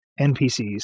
npcs